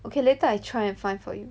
okay later I try and find for you